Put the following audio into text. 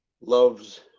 loves